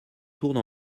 tourne